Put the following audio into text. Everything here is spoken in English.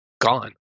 gone